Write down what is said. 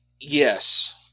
Yes